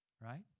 right